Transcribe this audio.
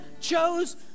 chose